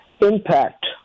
impact